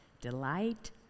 delight